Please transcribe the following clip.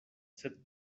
sed